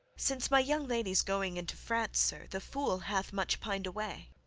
since my young lady's going into france, sir, the fool hath much pined away.